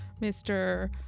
Mr